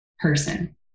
person